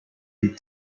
with